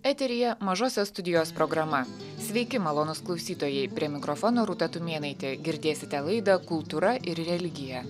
eteryje mažosios studijos programa sveiki malonūs klausytojai prie mikrofono rūta tumėnaitė girdėsite laidą kultūra ir religija